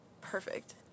Perfect